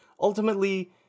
ultimately